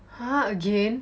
!huh! again